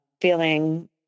feeling